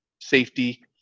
safety